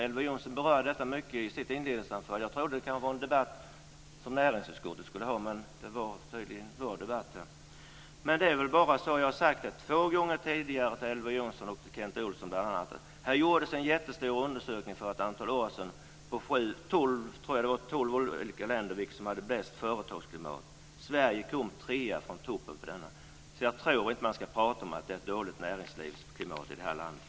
Elver Jonsson berörde detta mycket i sitt inledningsanförande. Jag trodde det var en debatt som näringsutskottet skulle ha, men det var tydligen vår debatt här. Men det är väl bara som jag har sagt två gånger tidigare till bl.a. Elver Jonsson och Kent Olsson: Det gjordes en jättestor undersökning för ett antal år sedan av tolv olika länder om vilket som hade bäst företagsklimat. Sverige kom trea från toppen av denna lista, så jag tror inte att man ska prata om att det är ett dåligt näringslivsklimat i det här landet.